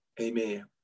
Amen